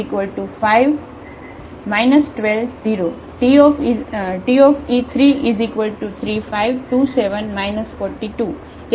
Te25 120 Te33527 42